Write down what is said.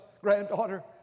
granddaughter